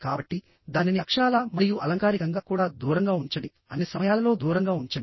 కాబట్టి దానిని అక్షరాలా మరియు అలంకారికంగా కూడా దూరంగా ఉంచండి అన్ని సమయాలలో దూరంగా ఉంచండి